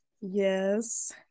yes